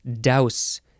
Douse